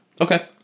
Okay